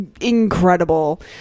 incredible